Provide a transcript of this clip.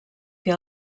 que